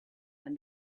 and